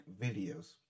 videos